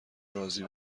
رازی